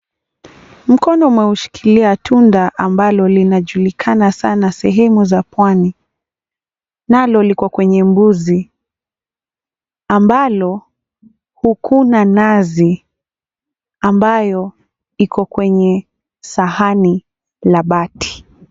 Mkono umeushikilia tunda ambalo linajulikana sana sehemu za pwani, nalo lipo kwenye mbuzi ambalo hukuna nazi ambayo iko kwenye sahani la bati.